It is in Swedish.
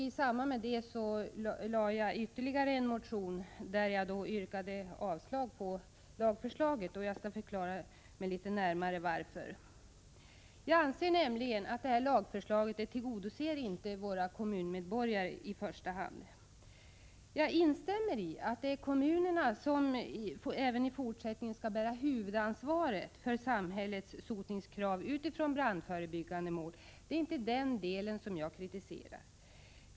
I samband med propositionen lämnade jag in ytterligare en motion där jag yrkade avslag på lagförslaget. Jag skall förklara litet närmare varför. Jag anser nämligen att lagförslaget inte tillgodoser i första hand våra kommunmedborgares behov. Jag instämmer i att det är kommunerna som även i fortsättningen skall bära huvudansvaret för samhällets sotningskrav utifrån brandförebyggande mål. Det är inte den delen jag kritiserar.